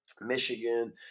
Michigan